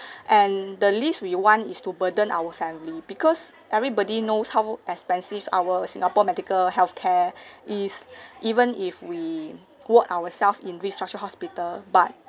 and the least we want is to burden our family because everybody knows how expensive our singapore medical healthcare is even if we ward ourselves in restructured hospital but